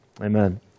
Amen